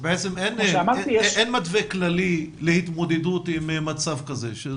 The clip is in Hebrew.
בעצם אין מתווה כללי להתמודדות עם מצב כזה.